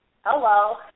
Hello